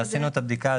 עשינו את הבדיקה.